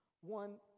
One